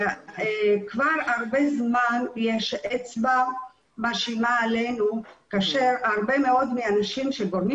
כבר הרבה זמן יש אצבע מאשימה עלינו כאשר הרבה מאוד מהאנשים שגורמים